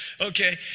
Okay